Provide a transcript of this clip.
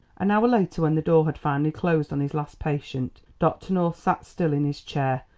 an hour later, when the door had finally closed on his last patient, dr. north sat still in his chair,